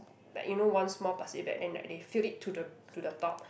like you know one small plastic bag then like they fill it to the to the top